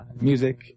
music